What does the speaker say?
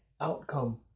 outcome